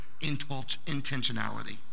intentionality